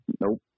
Nope